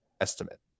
estimate